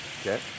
Okay